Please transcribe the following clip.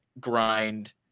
grind